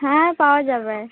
হ্যাঁ পাওয়া যাবে